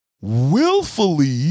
Willfully